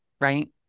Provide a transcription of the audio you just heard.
right